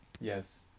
Yes